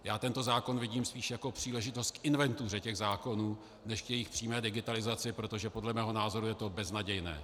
Já tento zákon vidím spíš jako příležitost k inventuře těch zákonů než k jejich přímé digitalizaci, protože podle mého názoru je to beznadějné.